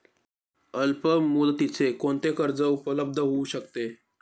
अल्पमुदतीचे कोणते कर्ज उपलब्ध होऊ शकते?